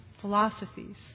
philosophies